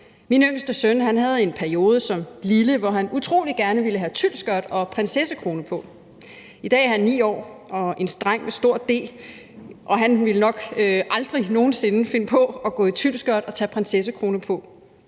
Min yngste søn havde en periode som lille, hvor han utrolig gerne ville have tylskørt og prinsessekrone på. I dag er han 9 år og en dreng med stor d, og han ville nok aldrig nogen sinde finde på at gå i tylskørt og tage prinsessekrone på.